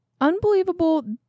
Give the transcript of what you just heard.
unbelievable